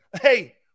Hey